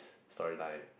story line